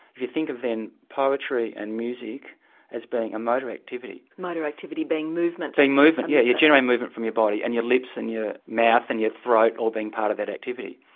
if you think of then poetry and music as being a motor activity. motor activity being movement. being movement, yes, yeah you're generating movement from your body and your lips and your mouth and your throat all being part of that activity.